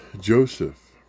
Joseph